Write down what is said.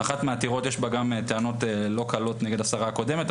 באחת העתירות יש בה גם טענות לא קלות נגד השרה הקודמת,